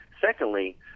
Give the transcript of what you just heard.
secondly